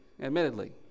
admittedly